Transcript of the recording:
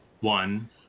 one